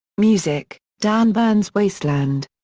music dan bern's wasteland.